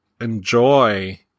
enjoy